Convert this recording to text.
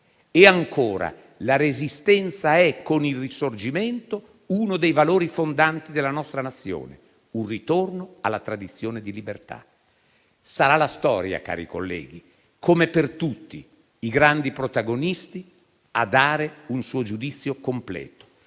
E ancora: «La Resistenza è - con il Risorgimento - uno dei valori fondanti della nostra Nazione, un ritorno alla tradizione di libertà». Sarà la storia, cari colleghi, come per tutti i grandi protagonisti, a dare un suo giudizio completo.